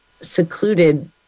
secluded